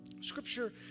Scripture